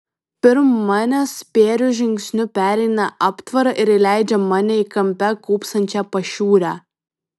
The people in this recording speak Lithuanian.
pirm manęs spėriu žingsniu pereina aptvarą ir įleidžia mane į kampe kūpsančią pašiūrę